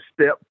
step